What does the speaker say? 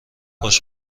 باش